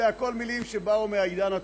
אלה מילים שהגיעו מהעידן הטורקי.